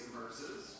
verses